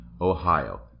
Ohio